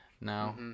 now